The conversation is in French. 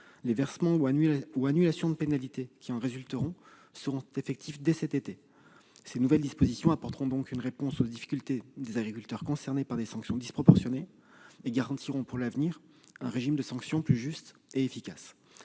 Les versements ou annulations de pénalités qui en résulteront seront ainsi effectifs dès cet été. Ces nouvelles dispositions apporteront une réponse aux difficultés des agriculteurs visés par des sanctions disproportionnées et garantiront pour l'avenir un régime de sanctions plus juste et plus efficace.